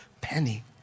penny